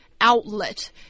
Outlet